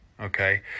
okay